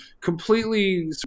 completely